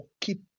keep